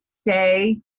stay